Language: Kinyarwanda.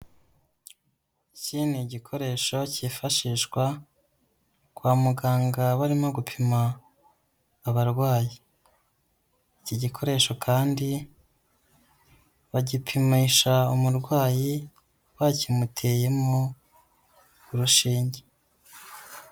Iki ni igikoresho cyifashishwa kwa muganga barimo gupima abarwayi, iki gikoresho kandi bagipimisha umurwayi bakimuteyemo urushinge.